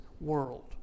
world